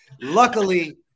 Luckily